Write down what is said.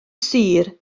sur